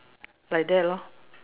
like that lor